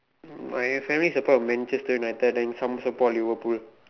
mm my family support the Manchester United then some support Liverpool